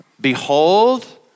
Behold